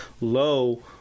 low